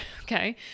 Okay